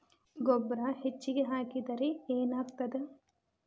ಗೊಬ್ಬರ ಹೆಚ್ಚಿಗೆ ಹಾಕಿದರೆ ಏನಾಗ್ತದ?